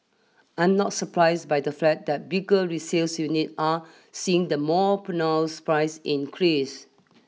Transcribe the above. I am not surprised by the fact that bigger resales unit are seeing the more pronounced price increase